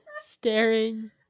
staring